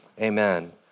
Amen